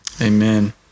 Amen